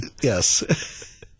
Yes